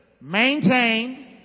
Maintain